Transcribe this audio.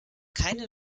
keine